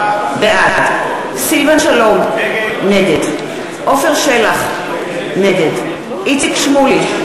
בעד סילבן שלום, נגד עפר שלח, נגד איציק שמולי,